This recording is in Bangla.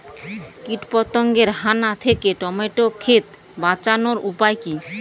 কীটপতঙ্গের হানা থেকে টমেটো ক্ষেত বাঁচানোর উপায় কি?